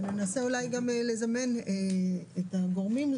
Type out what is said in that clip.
וננסה אולי גם לזמן את הגורמים,